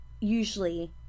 usually